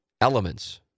elements